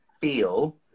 feel